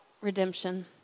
redemption